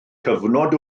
cyfnod